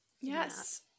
yes